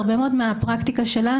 הרבה מאוד מהפרקטיקה שלנו,